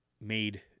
made